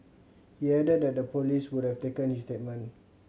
he added that the police would have taken his statement